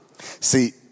See